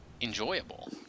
enjoyable